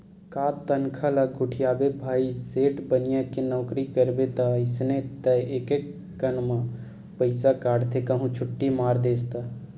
का तनखा ल गोठियाबे भाई सेठ बनिया के नउकरी करबे ता अइसने ताय एकक कन म पइसा काटथे कहूं छुट्टी मार देस ता